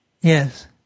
Yes